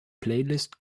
playlist